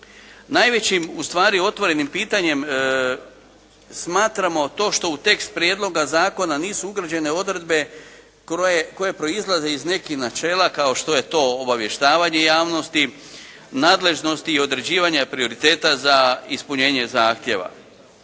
ustvari otvorenim pitanjem smatramo to što u tekst prijedloga zakona nisu ugrađene odredbe koje proizlaze iz nekih načela kao što je to obavještavanje javnosti, nadležnost i određivanje prioriteta za ispunjenje zahtjeva.